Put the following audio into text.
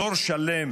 דור שלם